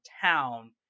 town